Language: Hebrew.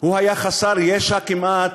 הוא נרדף, הוא היה חסר ישע כמעט,